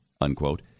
unquote